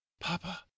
Papa